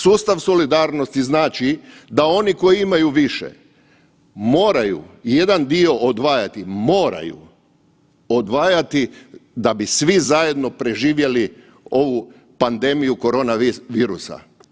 Sustav solidarnosti znači da oni koji imaju više moraju jedan dio odvajati, moraju odvajati da bi svi zajedno preživjeli ovu pandemiju korona virusa.